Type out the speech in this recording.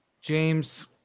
James